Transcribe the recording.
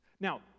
Now